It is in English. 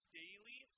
daily